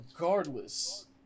regardless